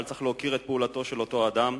אבל צריך להוקיר את פעולתו של אותו אדם